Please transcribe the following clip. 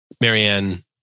Marianne